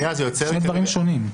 לא, אלה שני דברים שונים.